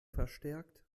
verstärkt